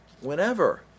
whenever